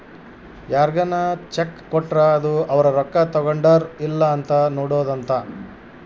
ಯಾರ್ಗನ ಚೆಕ್ ಕೊಟ್ರ ಅದು ಅವ್ರ ರೊಕ್ಕ ತಗೊಂಡರ್ ಇಲ್ಲ ಅಂತ ನೋಡೋದ ಅಂತ